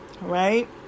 right